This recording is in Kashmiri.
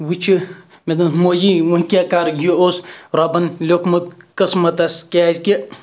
وۄنۍ چھِ مےٚ دوٚپمَس موجی وۄنۍ کیٛاہ کَرٕ یہِ اوس رۄبَن لیوٗکھمُت قٕسَتَس کیٛازِکہِ